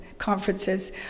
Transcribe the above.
conferences